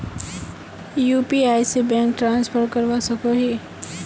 UPI से bank transfer करवा सकोहो ही?